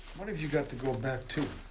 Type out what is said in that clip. what have you got to go back to?